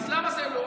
אז למה זה לא?